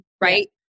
right